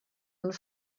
and